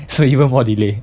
so even more delay